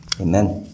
Amen